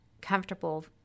comfortable